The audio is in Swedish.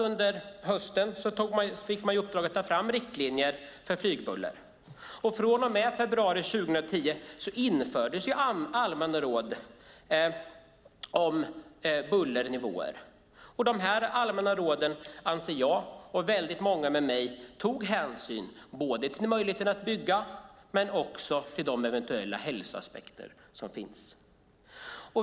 Under hösten fick man i uppdrag att ta fram riktlinjer för flygbuller. Och i februari 2010 infördes allmänna råd om bullernivåer. Jag och många med mig anser att de här allmänna råden tog hänsyn till möjligheten att bygga men också till de eventuella hälsoaspekter som finns.